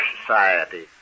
society